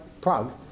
Prague